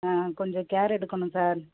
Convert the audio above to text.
ஆ கொஞ்சம் கேர் எடுக்கணும் சார்